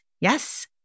Yes